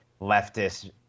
leftist